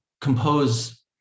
compose